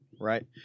right